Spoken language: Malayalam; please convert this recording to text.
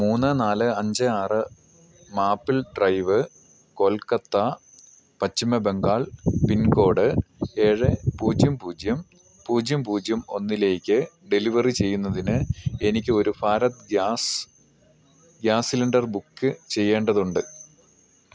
മൂന്ന് നാല് അഞ്ച് ആറ് Maple Drive Kolkata Paschim Bengal pincode ഏഴ് പൂജ്യം പൂജ്യം പൂജ്യം പൂജ്യം ഒന്നിലേക്ക് ഡെലിവറി ചെയ്യുന്നതിന് എനിക്കൊരു ഭാരത് ഗ്യാസ് സിലിണ്ടർ ബുക്ക് ചെയ്യേണ്ടതുണ്ട്